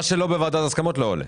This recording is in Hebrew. מה שלא בוועדת ההסכמות, לא עולה.